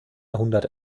jahrhundert